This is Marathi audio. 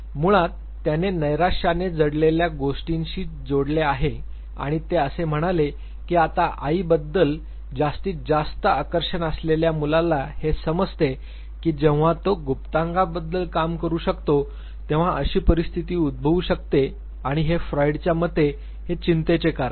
मुळात त्याने नैराश्याने जडलेल्या गोष्टींशी जोडले आणि ते असे म्हणाले की आता आईबद्दल जास्तीत जास्त आकर्षण असलेल्या मुलाला हे समजते की जेव्हा तो गुप्तांगाबद्दल काम करू शकतो तेव्हा अशी परिस्थिती उद्भवू शकते आणि हे फ्रायडच्या मते हे चिंतेचे कारण आहे